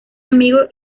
amigo